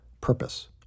Purpose